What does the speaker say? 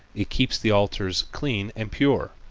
it keeps the altars clean and pure.